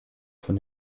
von